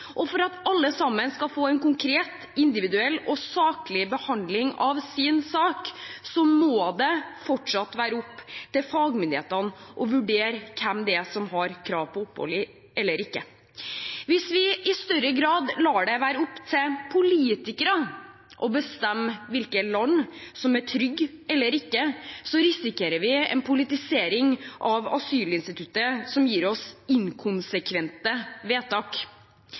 Og for at alle sammen skal få en konkret, individuell og saklig behandling av sin sak, må det fortsatt være opp til fagmyndighetene å vurdere hvem som har krav på opphold eller ikke. Hvis vi i større grad lar det være opp til politikerne å bestemme hvilke land som er trygge og ikke, risikerer vi en politisering av asylinstituttet som gir oss inkonsekvente vedtak.